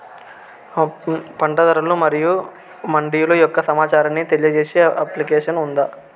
పంట ధరలు మరియు మండీల యొక్క సమాచారాన్ని తెలియజేసే అప్లికేషన్ ఉందా?